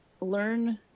learn